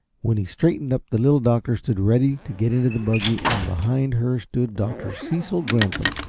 when he straightened up the little doctor stood ready to get into the buggy, and behind her stood dr. cecil granthum,